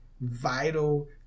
vital